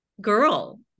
girl